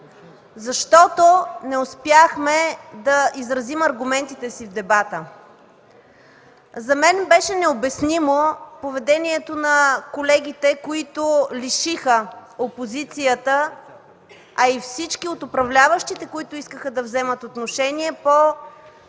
защото не успяхме да изразим аргументите си в дебата. За мен беше необяснимо поведението на колегите, които лишиха опозицията, а и всички от управляващите, желаещи да вземат отношение по